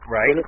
Right